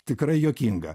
tikrai juokinga